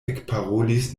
ekparolis